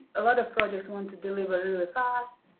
ah sort of projects want to deliver really fast,